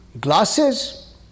Glasses